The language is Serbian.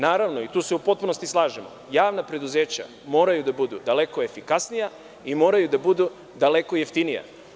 Naravno, i tu se u potpunosti slažemo, javna preduzeća moraju da budu daleko efikasnija i moraju da budu daleko jeftinija.